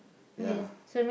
ya